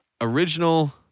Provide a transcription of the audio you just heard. original